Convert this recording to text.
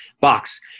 box